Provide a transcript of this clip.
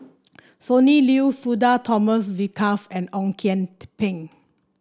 Sonny Liew Sudhir Thomas Vadaketh and Ong Kian Peng